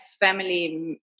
family